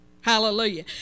Hallelujah